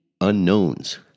unknowns